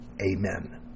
amen